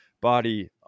body